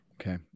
Okay